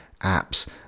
apps